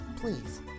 please